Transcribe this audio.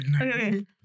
okay